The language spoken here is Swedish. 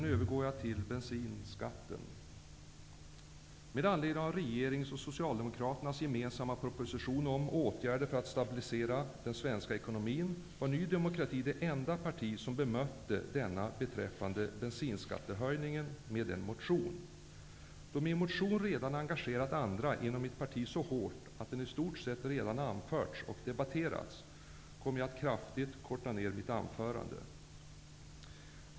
Jag övergår sedan till bensinskatten. När det gäller regeringens och Socialdemokraternas gemensamma proposition om åtgärder för att stabilisera den svenska ekonomin var Ny demokrati det enda parti som bemötte förslaget beträffande bensinskattehöjningen med en motion. Då min motion har engagerat andra inom mitt parti så hårt att den i stort redan har debatterats kommer jag att kraftigt korta ner mitt anförande.